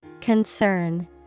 Concern